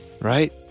right